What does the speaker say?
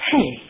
Hey